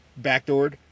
backdoored